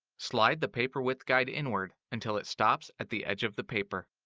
slide the paper width guide inward until it stops at the edge of the paper.